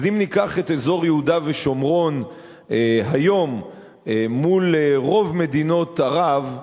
אם ניקח את אזור יהודה ושומרון היום מול רוב מדינות ערב,